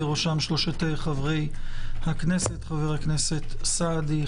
בראשם שלושת חברי הכנסת חברי הכנסת סעדי,